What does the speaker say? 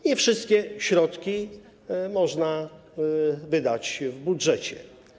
Nie wszystkie środki można wydać w budżecie.